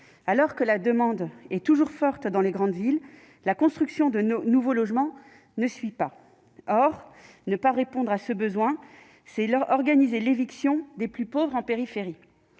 alors que la demande est toujours forte dans les grandes villes, la construction de nouveaux logements ne suit pas. Or ne pas répondre à ce besoin, c'est organiser l'éviction des plus pauvres en périphérie,